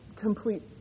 complete